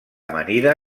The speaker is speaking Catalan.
amanida